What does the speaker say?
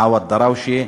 עווד דראושה,